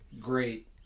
Great